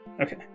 Okay